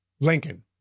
Lincoln